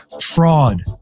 fraud